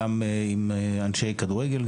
גם עם אנשי כדורגל,